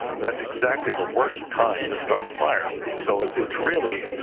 that's exactly the worst time to start a fire. so it's really